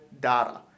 data